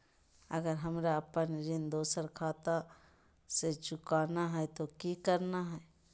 अगर हमरा अपन ऋण दोसर खाता से चुकाना है तो कि करना है?